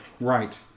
Right